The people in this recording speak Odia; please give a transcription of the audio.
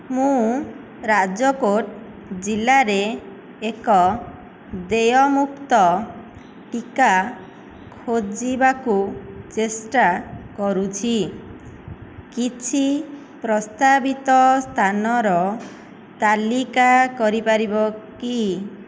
ମୁଁ ରାଜକୋଟ ଜିଲ୍ଲାରେ ଏକ ଦେୟମୁକ୍ତ ଟିକା ଖୋଜିବାକୁ ଚେଷ୍ଟା କରୁଛି କିଛି ପ୍ରସ୍ତାବିତ ସ୍ଥାନର ତାଲିକା କରିପାରିବ କି